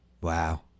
Wow